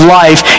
life